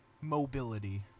mobility